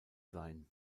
sein